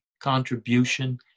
contribution